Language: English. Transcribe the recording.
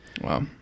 Wow